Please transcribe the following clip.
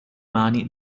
mani